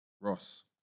Ross